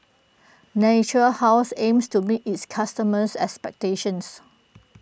Natura House aims to meet its customers' expectations